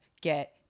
get